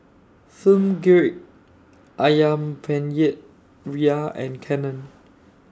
Film Grade Ayam Penyet Ria and Canon